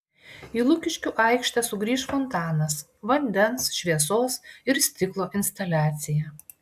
į lukiškių aikštę sugrįš fontanas vandens šviesos ir stiklo instaliacija